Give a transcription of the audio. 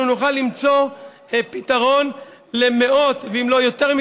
אנחנו נוכל למצוא פתרון למאות, אם לא יותר,